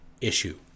issue